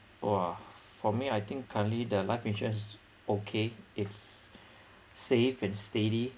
!wah! for me I think currently the life insurance is okay it's safe and steady